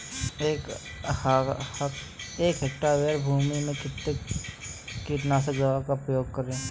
एक हेक्टेयर भूमि में कितनी कीटनाशक दवा का प्रयोग करें?